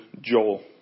Joel